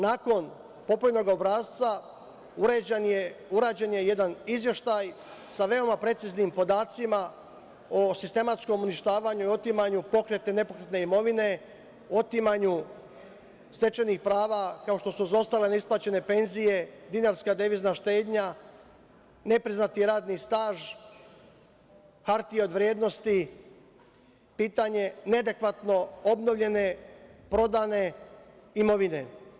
Nakon popunjenog obrasca urađen je jedan izveštaj sa veoma preciznim podacima o sistematskom uništavanju i otimanju pokretne i nepokretne imovine, otimanju stečenih prava kao što su neisplaćene penzije, dinarska devizna štednja, ne priznati radni staž, hartije od vrednosti, pitanje neadekvatno obnovljene prodane imovine.